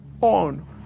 on